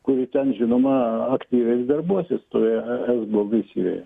kuri ten žinoma aktyviai darbuosis toje esbo misijoje